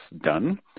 done